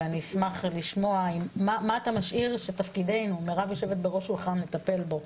אני אשמח לשמוע מה אתה משאיר שתפקידנו לטפל בו.